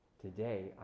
today